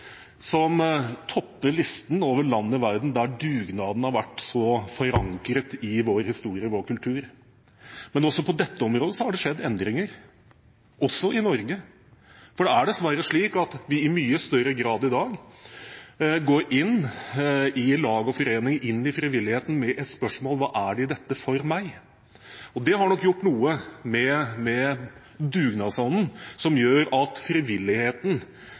som topper listen over land i verden der dugnaden har vært sterkest forankret i historien og kulturen. Men på dette området har det skjedd endringer også i Norge. Det er dessverre slik at vi i dag i mye større grad går inn i lag og foreninger – inn i frivilligheten – med et spørsmål om hva det er i dette for meg. Det har nok gjort noe med dugnadsånden som gjør at frivilligheten